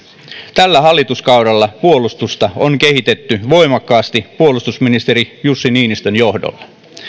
tällä hallituskaudella puolustusta on kehitetty voimakkaasti puolustusministeri jussi niinistön johdolla